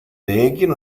belgien